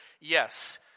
Yes